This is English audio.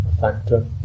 factor